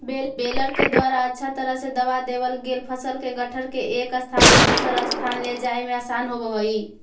baler के द्वारा अच्छा तरह से दबा देवल गेल फसल के गट्ठर के एक स्थान से दूसर स्थान ले जाए में आसान होवऽ हई